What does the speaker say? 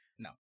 No